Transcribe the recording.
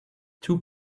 two